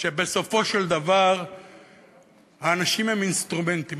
שבסופו של דבר האנשים הם אינסטרומנטים.